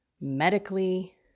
medically